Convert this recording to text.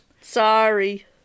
Sorry